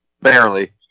Barely